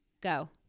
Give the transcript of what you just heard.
Go